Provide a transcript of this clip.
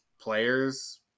players